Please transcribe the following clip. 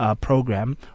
program